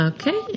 Okay